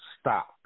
stop